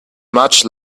much